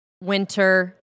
winter